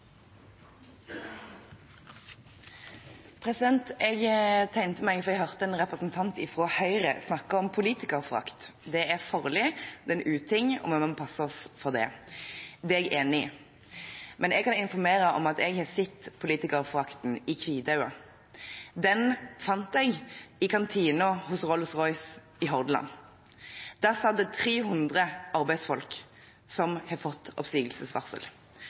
Jeg tegnet meg fordi jeg hørte en representant fra Høyre snakke om politikerforakt – det er farlig, det er en uting, og vi må passe oss for det. Det er jeg enig i. Men jeg kan informere om at jeg har sett politikerforakten i hvitøyet. Den fant jeg i kantinen hos Rolls Royce i Hordaland. Der satt det 300 arbeidsfolk som hadde fått oppsigelsesvarsel,